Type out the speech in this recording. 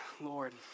Lord